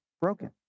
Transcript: broken